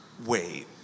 Wait